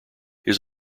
his